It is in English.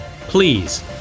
please